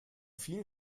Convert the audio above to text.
vielen